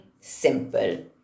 simple